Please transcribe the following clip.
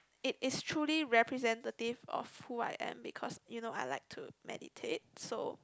it is truly representative of who I am because you know I like to meditate so